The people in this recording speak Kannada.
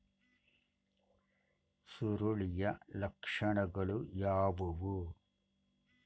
ಸುರುಳಿಯ ಲಕ್ಷಣಗಳು ಯಾವುವು?